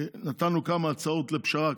נתנו כמה הצעות לפשרה,